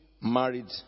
married